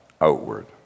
outward